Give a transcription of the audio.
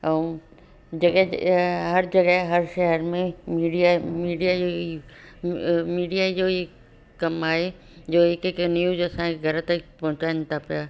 ऐं जॻहि हर जॻहि हर शहर में मीडिया मीडिया जो ई मीडिया जो ई कमाए या कंहिंखे न्यूज़ असांजे घर तक पहुचाइनि था पिया